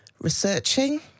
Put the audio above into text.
researching